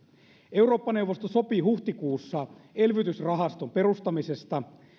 eurooppa neuvosto sopi huhtikuussa elvytysrahaston perustamisesta